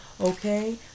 okay